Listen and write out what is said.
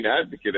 advocate